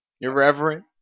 Irreverent